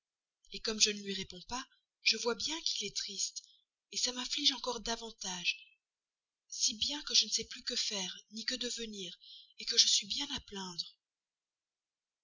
toujours comme je ne lui réponds pas je vois bien qu'il est triste ça m'afflige encore davantage si bien que je ne sais plus que faire ni que devenir que je suis bien à plaindre